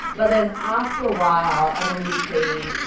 but then after a while. and then you see,